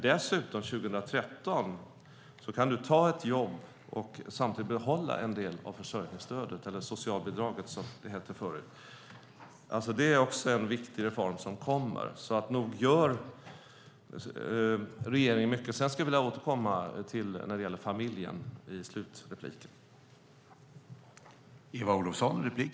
Dessutom kan du från 2013 ta ett jobb och samtidigt behålla en del av försörjningsstödet, eller socialbidraget som det hette tidigare. Också det är en viktig reform som kommer. Nog gör regeringen mycket. Jag skulle vilja återkomma till det som gäller familjen i min nästa replik.